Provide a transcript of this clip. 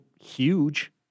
huge